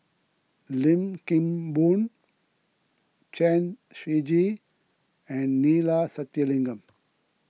Lim Kim Boon Chen Shiji and Neila Sathyalingam